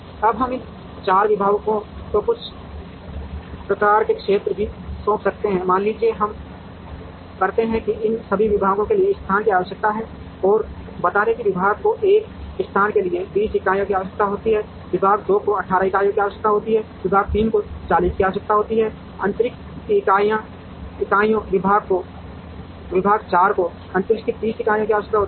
अब हम इन 4 विभागों को कुछ प्रकार के क्षेत्र भी सौंप सकते हैं मान लीजिए कि हम कहते हैं कि इन सभी विभागों के लिए स्थान की आवश्यकता है और बता दें कि विभाग को 1 स्थान के लिए 20 इकाइयों की आवश्यकता होती है विभाग 2 को 18 इकाइयों की आवश्यकता होती है विभाग 3 के लिए 40 की आवश्यकता होती है अंतरिक्ष की इकाइयों विभाग 4 को अंतरिक्ष की 30 इकाइयों की आवश्यकता होती है